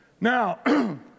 Now